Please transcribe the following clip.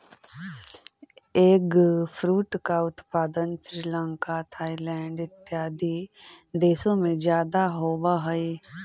eggfruit का उत्पादन Sri Lanka Thailand इत्यादि देशों में ज्यादा होवअ हई